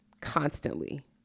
constantly